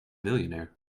millionaire